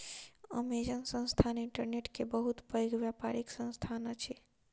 Amazon संस्थान internet के बहुत पैघ व्यापारिक संस्थान अछि